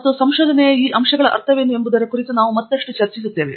ಮತ್ತು ಸಂಶೋಧನೆಯ ಈ ಅಂಶಗಳ ಅರ್ಥವೇನು ಎಂಬುದರ ಕುರಿತು ನಾವು ಮತ್ತಷ್ಟು ಚರ್ಚಿಸುತ್ತಿದ್ದೇವೆ